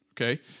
okay